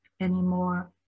anymore